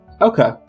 Okay